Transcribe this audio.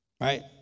Right